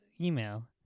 email